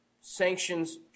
sanctions